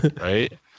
Right